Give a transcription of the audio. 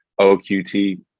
oqt